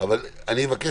אני מבקש